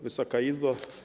Wysoka Izbo!